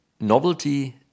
Novelty